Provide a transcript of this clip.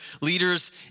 leaders